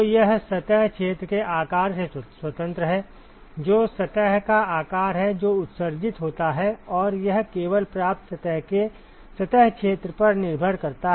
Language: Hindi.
तो यह सतह क्षेत्र के आकार से स्वतंत्र है जो सतह का आकार है जो उत्सर्जित होता है और यह केवल प्राप्त सतह के सतह क्षेत्र पर निर्भर करता है